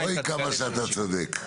אוי כמה שאתה צודק.